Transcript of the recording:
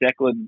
Declan